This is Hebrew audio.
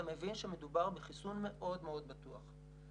אתה מבין שמדובר בחיסון מאוד מאוד בטוח.